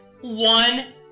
one